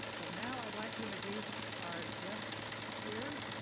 but now i'd like to introduce our guest here.